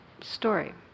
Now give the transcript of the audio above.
Story